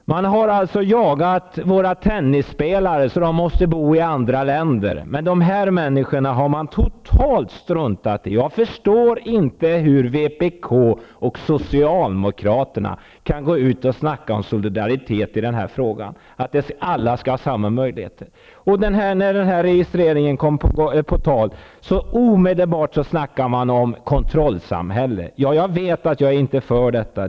Man har jagat våra tennisspelare så att de måste bo i andra länder. Men dessa människor har man struntat totalt i. Jag förstår inte hur vpk och Socialdemokraterna kan gå ut och snacka om solidaritet i den här frågan och att alla skall ha samma möjligheter. När registreringen kom på tal började man genast snacka om ett kontrollsamhälle. Jag vet att jag inte är för detta.